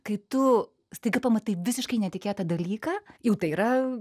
kai tu staiga pamatai visiškai netikėtą dalyką jau tai yra